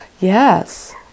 Yes